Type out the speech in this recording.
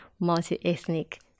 multi-ethnic